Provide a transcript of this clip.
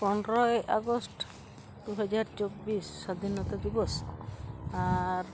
ᱯᱚᱱᱨᱚᱭ ᱟᱜᱚᱥᱴ ᱫᱩ ᱦᱟᱡᱟᱨ ᱪᱚᱵᱵᱤᱥ ᱥᱟᱫᱷᱤᱱᱚᱛᱟ ᱫᱤᱵᱚᱥ ᱟᱨ